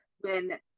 when-